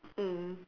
mm